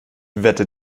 wette